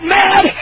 mad